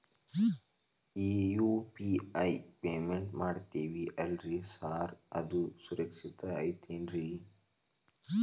ಈ UPI payment ಮಾಡ್ತೇವಿ ಅಲ್ರಿ ಸಾರ್ ಅದು ಸುರಕ್ಷಿತ್ ಐತ್ ಏನ್ರಿ?